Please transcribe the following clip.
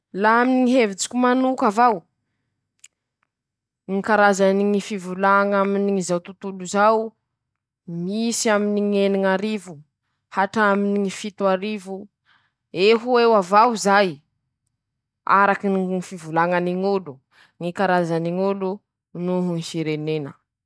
Ñy ivezevezeako añatiny ñy heriñandro raike: -Mivezivezy aho, mikariokarioky añatiny ñy adiny efatsy, adiny efatsy toy, ataoko indraiky isakiny ñy heriñandro fa zaho tsy olo miboaky sanandro ;laha miboaky aho sakiny sabotsy, ñy ivezeavezeako, ñy irioriovako añatiny ñy bazary ao adiny efatsy, ao avao aho miriorio ao, mila raha ilàko.